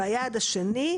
והיעד השני,